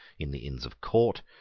in the inns of court,